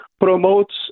promotes